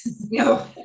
no